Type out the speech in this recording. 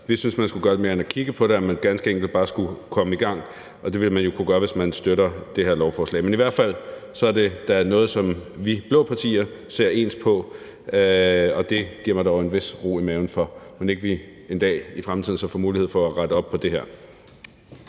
Vi synes, man skulle gøre lidt mere end at kigge på det – at man ganske enkelt bare skulle komme i gang. Og det ville man jo kunne gøre, hvis man støttede det her beslutningsforslag. Men i hvert fald er det da noget, som vi blå partier ser ens på, og det giver mig dog en vis ro i maven, for mon ikke vi inden da så i fremtiden får mulighed for at rette op på det her?